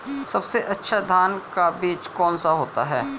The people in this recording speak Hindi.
सबसे अच्छा धान का बीज कौन सा होता है?